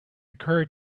occur